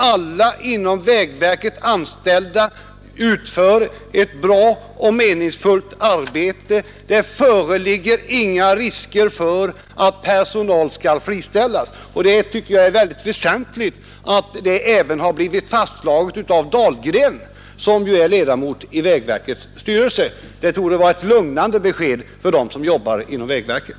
Alla inom vägverket anställda utför ett bra och meningsfyllt arbete. Det föreligger inga risker för att personal skall friställas. Jag tycker att det är väsentligt att detta blivit fastslaget även av herr Dahlgren, som ju är ledamot i vägverkets styrelse. Det torde vara ett lugnande besked för dem som jobbar inom vägverket.